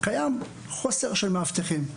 קיים חוסר של מאבטחים,